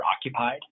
occupied